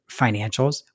financials